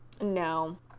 No